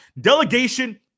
Delegation